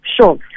Sure